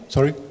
Sorry